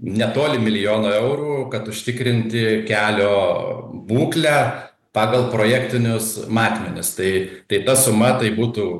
netoli milijono eurų kad užtikrinti kelio būklę pagal projektinius matmenis tai tai ta suma tai būtų